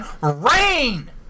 rain